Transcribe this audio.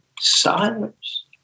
silence